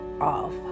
off